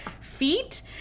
feet